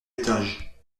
étage